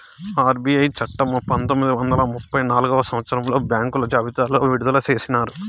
RBI చట్టము పంతొమ్మిది వందల ముప్పై నాల్గవ సంవచ్చరంలో బ్యాంకుల జాబితా విడుదల చేసినారు